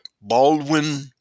Baldwin